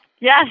Yes